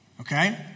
okay